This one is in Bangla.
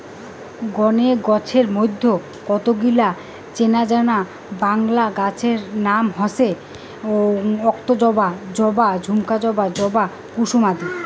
গণে গছের মইধ্যে কতগিলা চেনাজানা বাংলা নাম হসে অক্তজবা, জবা, ঝুমকা জবা, জবা কুসুম আদি